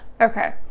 Okay